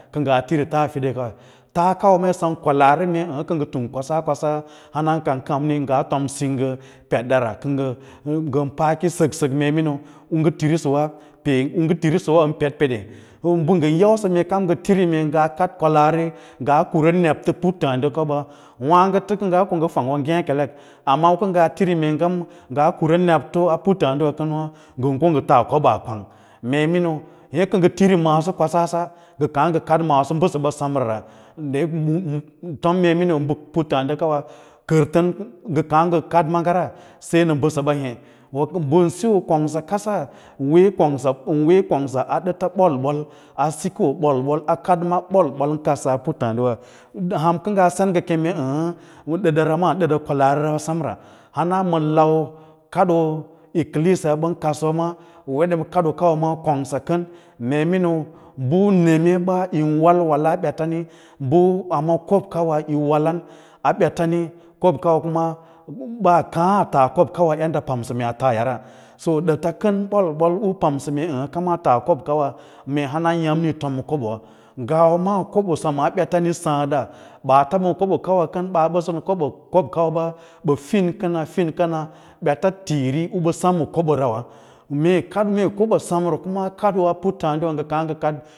Kə ngaa tiri taꞌa fin kaway ta kawa sem kwalaari mee eẽwâ kə nga tung kwasa kwasa han kam mee ngaa tom singga kwed dara ngon paakí sək sək mee miniu u ngə tiri səwa peen, u ngə tirisəra peɗ pede mbə ngə yausə mee kam ngə tiri ngaa kad kwalaari ngaa kura nebto puttǎǎdiwa kaba, wǎǎgəto lə ngaa ko ngə fanywâ ngêkelek, amma u kə ngaa tiri mee ngaa kura nebto puttǎǎdiwa kən wâ ngən ko ngə yab koɓaa kwang mee miniu ye kə ngə tiri maaso kwasa sa ngə kkaã ngə kaɗ maaso mbəsəɓa semrara tom mee miniu puttǎǎdi kawa kərtən ngə kǎǎ ngə kaɗ maaga ra sai ma ɓəsəba hê, ən siyo kongsakasa yin win kngsa a ɗata ɓol ɓol a sikoo ɓol ɓol a kadaa puttǎǎdiwawa, hana kə ngaa sen ngə kem ǎǎhə ɗaɗara ə ɗəɗa kwalaari samra, hana ma lau kadoo ekklesiya ɓan kadsə wâ ɓən wede kadoowa maaa ma kongsa kən mee miniu bə neme ɓa yin walwala a ɓetami, bo amma kob kawar yi walan a ɓetano, kon kawa maa ɓa kaã aa taa kobo kam yadda pamsə mee a taayara so dəta kən ɓol ɓol u pmasə mee əəyə kama taa kob kawa mee hanayammi yo tom ma kobowa, ngawa maa kobo semaa ɓetani saãɗ ɗa ɓaata ma kobo kawa kən baata bəsə ma kob kawa ɓa ɓə fín kəna fin kəna ɓeta tiiri ɓə sam ma koborawa, mee kan mee kobo sem ra kunma a kaɗoo kaɗ a puttǎǎdiwa wa.